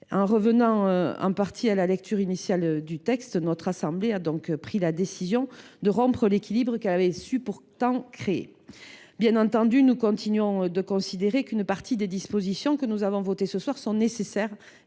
En revenant en partie à la rédaction initiale du texte, notre assemblée a donc pris la décision de rompre l’équilibre qu’elle avait su pourtant créer. Bien entendu, nous continuons de considérer qu’une partie des dispositions que nous avons votées ce soir sont nécessaires